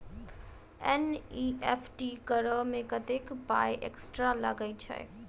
NEFT करऽ मे कत्तेक पाई एक्स्ट्रा लागई छई?